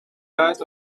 leid